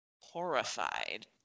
horrified